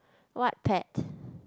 what pet